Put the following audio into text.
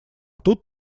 тут